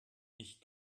ich